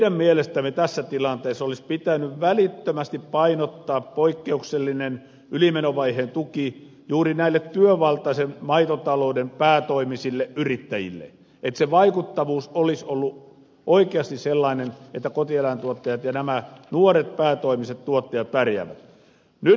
meidän mielestämme tässä tilanteessa olisi pitänyt välittömästi painottaa poikkeuksellinen ylimenovaiheen tuki juuri näille työvaltaisen maitotalouden päätoimisille yrittäjille että se vaikuttavuus olisi ollut oikeasti sellainen että kotieläintuottajat ja nämä nuoret päätoimiset tuottajat pärjäävät